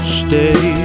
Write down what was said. stay